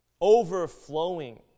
overflowing